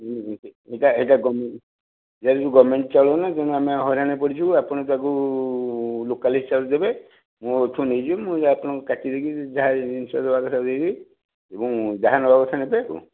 ଏଇଟା ଏଇଟା ଗଭ୍ମେଣ୍ଟ୍ ଏଇଟା କିନ୍ତୁ ଗଭ୍ମେଣ୍ଟ ଚାଉଳ ଆମେ ହଇରାଣରେ ପଡ଼ିଯିବୁ ଆପଣ ତାକୁ ଲୋକାଲ୍ ହିସାବରେ ଦେବେ ମୁଁ ଏଠୁ ନେଇଯିବି ମୁଁ ଆପଣଙ୍କୁ କାଟିଦେଇକି ଯାହା ହିସାବ କରିକି ଏବଂ ଯାହା ନେବା କଥା ନେବେ ଆଉ